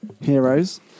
heroes